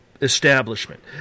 establishment